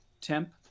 temp